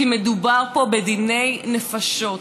כי מדובר פה בדיני נפשות,